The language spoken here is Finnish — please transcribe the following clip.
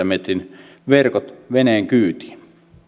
metrin verkot veneen kyytiin